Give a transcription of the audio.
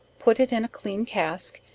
put it in a clean cask,